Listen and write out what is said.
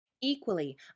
Equally